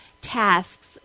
tasks